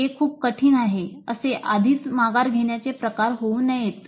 हे खूप कठीण आहे 'असे आधीच माघार घेण्याचे प्रकार होऊ नयेत